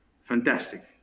Fantastic